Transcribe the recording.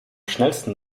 schnellsten